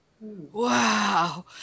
Wow